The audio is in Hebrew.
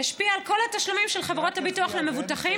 השפיע על כל התשלומים של חברות הביטוח למבוטחים